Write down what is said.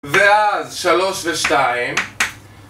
ואז שלוש ושתיים...